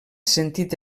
sentit